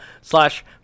slash